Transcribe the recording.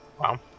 Wow